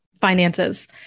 finances